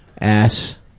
ass